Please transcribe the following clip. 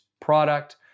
product